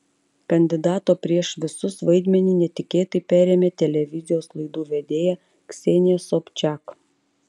kandidato prieš visus vaidmenį netikėtai perėmė televizijos laidų vedėja ksenija sobčiak